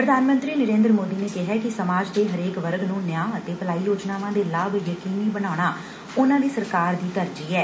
ਪ੍ਧਾਨ ਮੰਤਰੀ ਨਰੇਂਦਰ ਮੋਦੀ ਨੇ ਕਿਹੈ ਕਿ ਸਮਾਜ ਦੇ ਹਰੇਕ ਵਰਗ ਨੂੰ ਨਿਆਂ ਅਤੇ ਭਲਾਈ ਯੋਜਨਾਵਾਂ ਦੇ ਲਾਭ ਯਕੀਨੀ ਬਣਾਉਣਾ ਉਨ੍ਹਾਂ ਦੀ ਸਰਕਾਰ ਦੀ ਤਰਜੀਹ ਐ